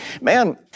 Man